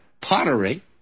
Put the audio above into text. pottery